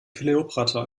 kleopatra